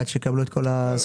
עד שיקבלו את כל הזכויות,